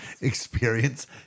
experience